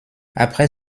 après